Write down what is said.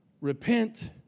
repent